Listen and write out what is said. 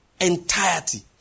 entirety